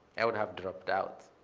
i would have dropped out.